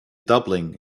doubling